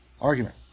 argument